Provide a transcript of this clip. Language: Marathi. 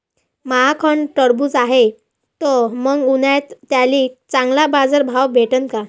माह्याकडं टरबूज हाये त मंग उन्हाळ्यात त्याले चांगला बाजार भाव भेटन का?